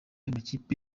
amakipe